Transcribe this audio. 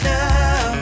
now